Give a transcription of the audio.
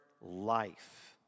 life